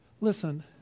Listen